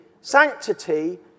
sanctity